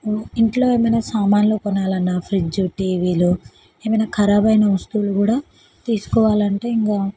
ఇంట్లో ఏమైనా సామాన్లు కొనాలన్నా ఫ్రిడ్జ్ టీవీలు ఎమైనా ఖరాబ్ అయిన వస్తువులు కూడా తీసుకోవాలి అంటే ఇంకా